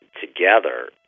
together